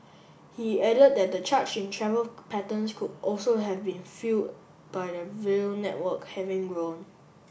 he added that the charge in travel patterns could also have been fuel by the rail network having grown